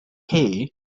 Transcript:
combination